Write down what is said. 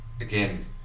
again